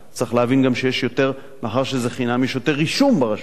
צריך להבין גם שמאחר שזה חינם יש יותר רישום ברשויות המקומיות,